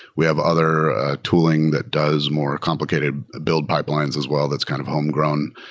we have other tooling that does more complicated build pipelines as well that's kind of homegrown,